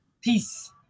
peace